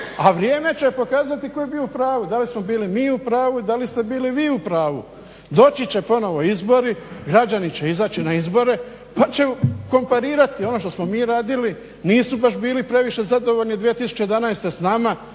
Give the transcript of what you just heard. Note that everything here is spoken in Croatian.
a vrijeme će pokazati tko je bio u pravu, da li smo bili mi u pravu ili da ste bili vi u pravu. Doći će ponovo izbori, građani će izaći na izbore pa će komparirati ono što mi radili nisu baš bili previše zadovoljni 2011. s nama,